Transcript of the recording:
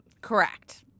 Correct